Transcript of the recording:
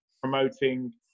promoting